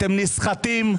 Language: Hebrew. אתם נסחטים,